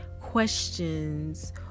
questions